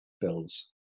bills